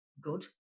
good